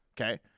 okay